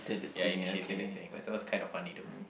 ya initiated that thing but it was kind of funny though